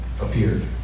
appeared